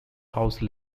house